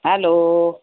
hello